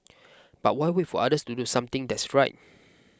but why wait for others to do something that's right